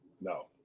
No